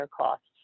costs